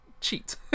cheat